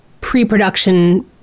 pre-production